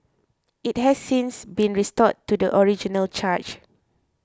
it has since been restored to the original charge